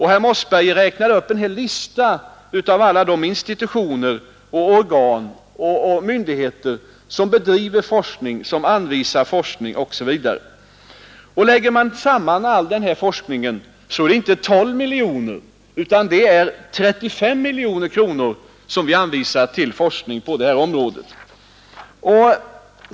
Herr Mossberger räknade upp en hel lista av alla de institutioner, organ och myndigheter som bedriver forskning, som anvisar medel till forskning osv. Lägger man samman allt detta finner man att det inte är 12 miljoner utan 35 miljoner som vi anvisar till forskning på det här området.